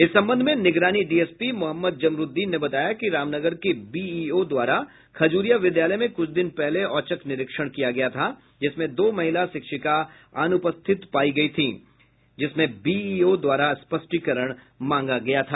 इस संबंध मे निगरानी डीएसपी मोहम्मद जमरुद्दीन ने बताया की रामनगर के बीईओ द्वारा खजूरिया विद्यालय में कुछ दिन पहले औचक निरीक्षण किया गया था जिसमे दो महिला शिक्षिका अनुपस्थित पाई गई थी जिसमें बीईओ द्वारा स्पष्टीकरण मांगा गया था